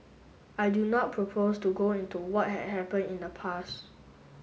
I do not propose to go into what had happened in the past